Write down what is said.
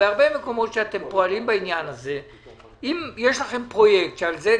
אתם פועלים בעניין הזה בהרבה מקומות.